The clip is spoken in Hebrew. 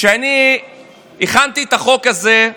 כשאני הכנתי את החוק הזה,